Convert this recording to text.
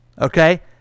Okay